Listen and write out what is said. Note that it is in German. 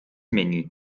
menü